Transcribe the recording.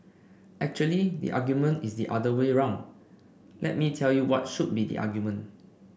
actually the argument is the other way round let me tell you what should be the argument